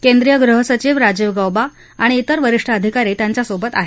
केंद्रीय गृह सचिव राजीव गौबा आणि तेर वरिष्ठ अधिकारी त्यांच्यासोबत आहेत